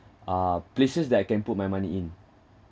uh places that I can put my money in